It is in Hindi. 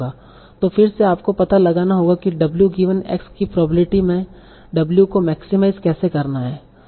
तो फिर से आपको पता लगाना होगा कि W गिवन X की प्रोबेब्लिटी में W को मेक्सेमाइस्ज़ कैसे करना है